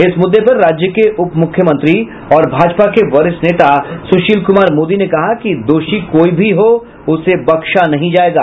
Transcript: इस मुद्दे पर राज्य के उपमुख्यमंत्री और भाजपा के वरिष्ठ नेता सुशील कुमार मोदी ने कहा कि दोषी कोई भी हो उसे बख्शा नहीं जायेगा